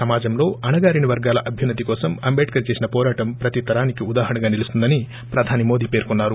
సమాజంలో అణగారిన వర్గాల అభ్యుస్పతి కోసం అంబేద్కర్ చేసిన పోరాటం ప్రతి తరానికి ఉదాహరణగా నిలుస్తుందని ప్రధాని మోదీ పేర్కోన్నారు